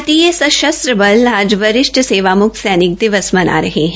भारतीय सशस्त्र बल आज वरिष्ठ सेवामक्त सैनिक दिवस मना रहे है